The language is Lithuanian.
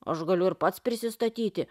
aš galiu ir pats prisistatyti